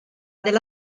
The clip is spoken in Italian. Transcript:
della